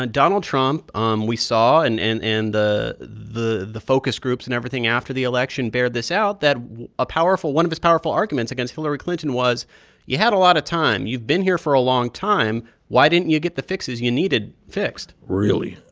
and donald trump, um we saw and and and the focus groups focus groups and everything after the election bear this out that a powerful one of his powerful arguments against hillary clinton was you had a lot of time, you've been here for a long time, why didn't you get the fixes you needed fixed? really?